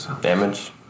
damage